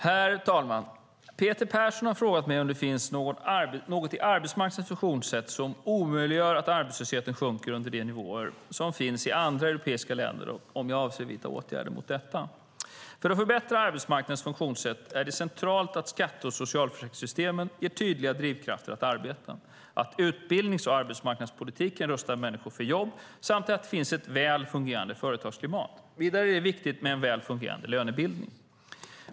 Herr talman! Peter Persson har frågat mig om det finns något i arbetsmarknadens funktionssätt som omöjliggör att arbetslösheten sjunker under de nivåer som finns i andra europeiska länder och om jag avser att vidta åtgärder mot detta. För att förbättra arbetsmarknadens funktionssätt är det centralt att skatte och socialförsäkringssystemen ger tydliga drivkrafter att arbeta, att utbildnings och arbetsmarknadspolitiken rustar människor för jobb samt att det finns ett väl fungerade företagsklimat. Vidare är det viktigt med en väl fungerade lönebildning.